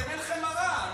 אביא לכם מראה.